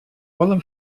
poden